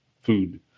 food